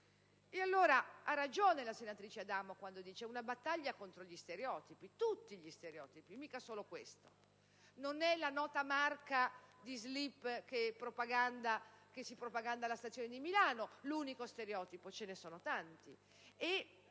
società. Ha ragione la senatrice Adamo quando dice che è una battaglia contro gli stereotipi, tutti gli stereotipi, non solo questo; non è la nota marca di slip che si propaganda alla stazione di Milano l'unico stereotipo, ce ne sono tanti